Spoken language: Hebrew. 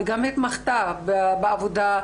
וגם התמחתה בעבודה,